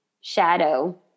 shadow